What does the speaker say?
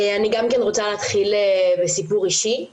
אני גם רוצה להתחיל בסיפור אישי.